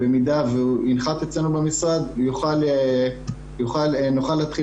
במידה וינחת אצלנו במשרד נוכל להתחיל